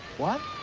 what?